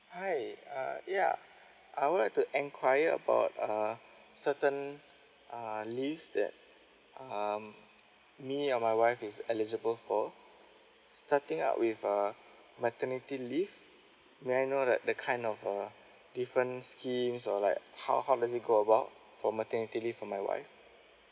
hi uh yeah I would like to enquire about uh certain uh leaves that um me or my wife is eligible for starting up with uh maternity leave may I know that the kind of uh different schemes or like how how does it go about for maternity leave for my wife